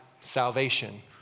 salvation